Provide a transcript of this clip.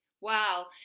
Wow